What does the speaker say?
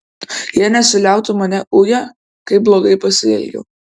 jie nesiliautų mane uję kaip blogai pasielgiau